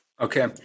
Okay